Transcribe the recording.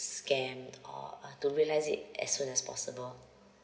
scammed or uh to realise it as soon as possible